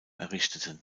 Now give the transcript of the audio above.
errichteten